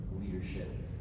leadership